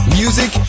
music